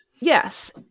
yes